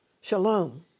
Shalom